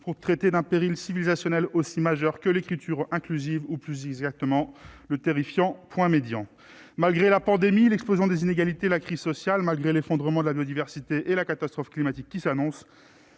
pour traiter d'un péril civilisationnel aussi majeur que l'écriture inclusive, ou, plus exactement, le terrifiant point médian. Malgré la pandémie, l'explosion des inégalités, la crise sociale, malgré l'effondrement de la biodiversité et la catastrophe climatique qui s'annoncent,